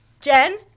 Jen